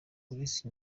grace